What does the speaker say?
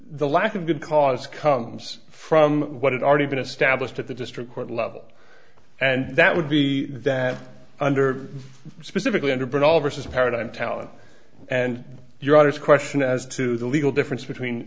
the lack of good cause comes from what it already been established at the district court level and that would be that under specifically under but all vs paradigm talent and your daughter's question as to the legal difference between